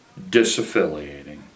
disaffiliating